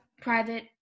private